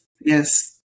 Yes